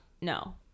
no